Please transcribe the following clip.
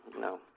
No